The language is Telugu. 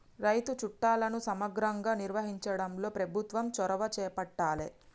రైతు చట్టాలను సమగ్రంగా నిర్వహించడంలో ప్రభుత్వం చొరవ చేపట్టాలె